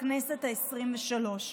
בכנסת העשרים-ושלוש,